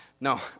no